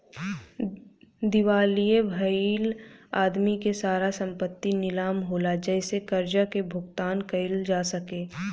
दिवालिया भईल आदमी के सारा संपत्ति नीलाम होला जेसे कर्जा के भुगतान कईल जा सके